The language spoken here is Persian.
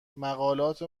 مقالات